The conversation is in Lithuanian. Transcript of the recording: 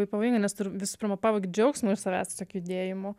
tai pavojinga nes tu ir visų pirma pavogi džiaugsmą iš savęs tiesiog judėjimo